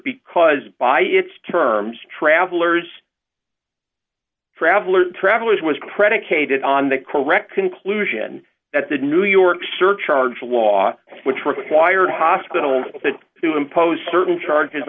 because by its terms travelers traveler travelers was predicated on the correct conclusion that the new york surcharge law which required hospitals to impose certain charges